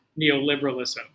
neoliberalism